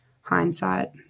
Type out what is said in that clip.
Hindsight